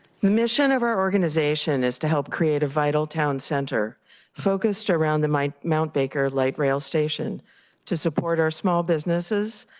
mission of our organization is to help create a vital town center focused around the mount baker light rail station to support our small businesses,